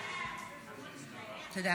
תודה,